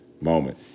moment